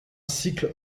cycle